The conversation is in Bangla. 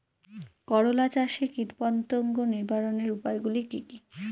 করলা চাষে কীটপতঙ্গ নিবারণের উপায়গুলি কি কী?